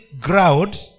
ground